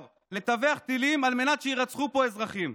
לטווח טילים על מנת שיירצחו פה אזרחים.